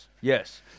Yes